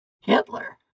Hitler